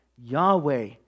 Yahweh